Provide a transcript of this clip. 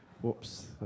whoops